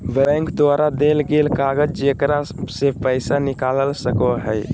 bank द्वारा देल गेल कागज जेकरा से पैसा निकाल सको हइ